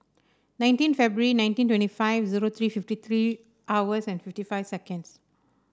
nineteen February nineteen twenty five zero three fifty three hours and fifty five seconds